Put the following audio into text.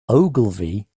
ogilvy